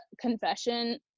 confession